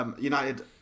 United